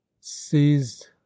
seized